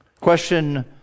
Question